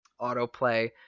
autoplay